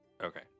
Okay